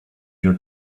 your